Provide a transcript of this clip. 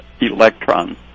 electron